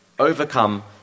overcome